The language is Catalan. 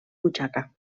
butxaca